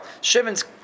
Shimon's